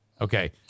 Okay